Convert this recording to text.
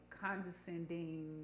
condescending